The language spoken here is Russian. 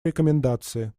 рекомендации